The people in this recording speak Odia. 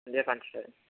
ସନ୍ଧ୍ୟା ପାଞ୍ଚଟାରେ